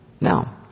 Now